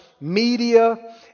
Media